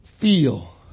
feel